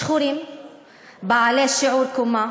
שחורים בעלי שיעור קומה